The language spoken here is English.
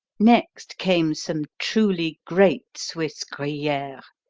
next came some truly great swiss gruyere,